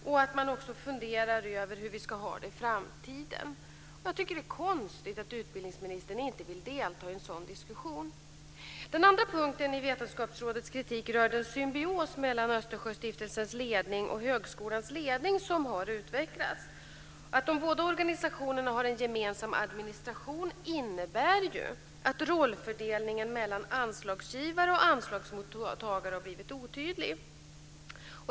Man måste också fundera över hur vi ska ha det i framtiden. Jag tycker att det är konstigt att utbildningsministern inte vill delta i en sådan diskussion. Den andra punkten i Vetenskapsakademiens kritik rör den symbios mellan Östersjöstiftelsens ledning och högskolans ledning som har utvecklats. Att de båda organisationerna har en gemensam administration innebär att rollfördelningen mellan anslagsgivare och anslagsmottagare har blivit otydlig.